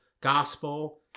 gospel